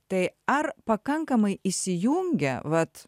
tai ar pakankamai įsijungia vat